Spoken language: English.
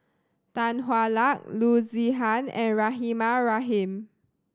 Tan Hwa Luck Loo Zihan and Rahimah Rahim